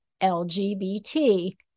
LGBT